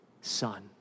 Son